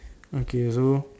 okay so